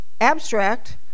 Abstract